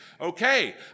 Okay